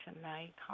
tonight